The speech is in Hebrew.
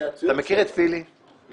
אתה מכיר את פיליבסטר?